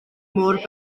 mor